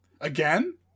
Again